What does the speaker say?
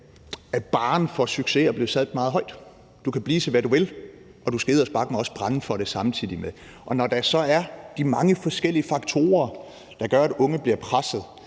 at barren for succes er blevet sat meget højt. Du kan blive til, hvad du vil, og du skal eddersparkemig også brænde for det samtidig med. Og når der så er de mange forskellige faktorer, der gør, at unge bliver pressede,